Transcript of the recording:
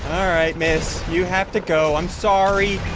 all right, miss you have to go i'm sorry,